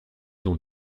ont